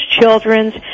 Children's